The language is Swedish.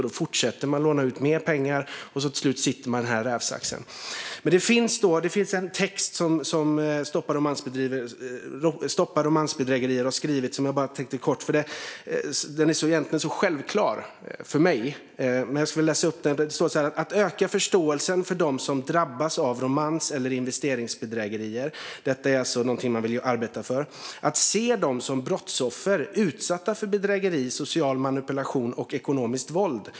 Då lånar man ut mer pengar. Till slut sitter man i en rävsax. Det finns en text som Stoppa Romansbedrägerier har skrivit. Den är egentligen självklar för mig, men jag skulle vilja läsa upp vad det står. Man vill arbeta för att öka förståelsen för dem som drabbas av romans eller investeringsbedrägerier. Det handlar om att se dem som brottsoffer - utsatta för bedrägeri, social manipulation och ekonomiskt våld.